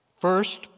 First